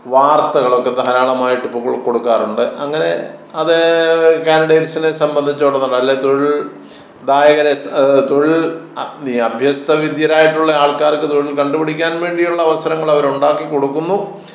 വാർത്തകളൊക്കെ ധാരാളമായിട്ടിപ്പോള് കൊടുക്കാറുണ്ട് അങ്ങനെ അത് കാന്ഡിഡേറ്റ്സിനെ സംബന്ധിച്ചിടത്തോളം നല്ല തൊഴിൽ ദായകരെ തൊഴിൽ അഭ്യസ്തവിദ്യരായിട്ടുള്ള ആൾക്കാർക്ക് തൊഴിൽ കണ്ടുപിടിക്കാൻ വേണ്ടിയുള്ളവസരങ്ങളവരുണ്ടാക്കിക്കൊടുക്കുന്നു